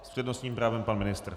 S přednostním právem pan ministr.